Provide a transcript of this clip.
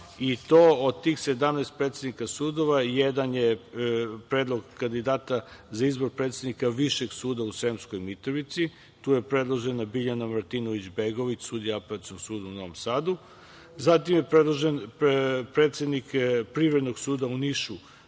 i od tih 17 predsednika sudova, jedan je predlog kandidata za izbor predsednika Višeg suda u Sremskoj Mitrovici. Tu je predložena Biljana Martinović Begović, sudija Apelacionog suda u Novom Sadu. Zatim je predložen predsednik Privrednog suda u Nišu,